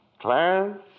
Clarence